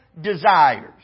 desires